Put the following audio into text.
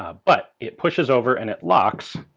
ah but it pushes over and it locks.